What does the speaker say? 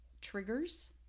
triggers